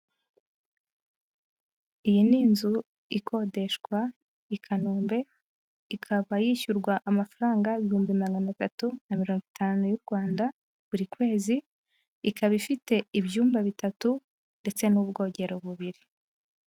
Iyi ni inzu ikodeshwa i Kanombe ikaba yishyurwa amafaranga ibihumbi magana atatu na mirongo itanu y'u Rwanda buri kwezi. Ikaba ifite ibyumba bitatu ndetse n'ubwogero bubiri.